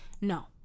No